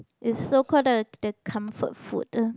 is so called the the comfort food eh